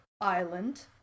island